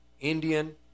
Indian